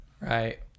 right